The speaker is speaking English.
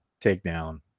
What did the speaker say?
takedown